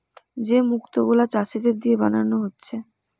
যে মুক্ত গুলা চাষীদের দিয়ে বানানা হচ্ছে